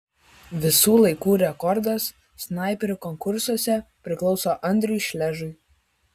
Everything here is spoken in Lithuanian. visų laikų rekordas snaiperių konkursuose priklauso andriui šležui